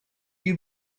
you